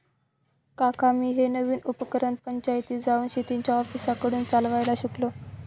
काका मी हे नवीन उपकरण पंचायतीत जाऊन शेतीच्या ऑफिसरांकडून चालवायला शिकलो